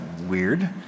weird